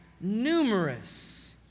numerous